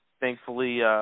thankfully –